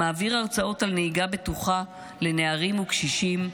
מעביר הרצאות על נהיגה בטוחה לנערים וקשישים,